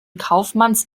kaufmanns